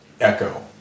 echo